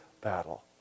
battle